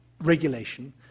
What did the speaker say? regulation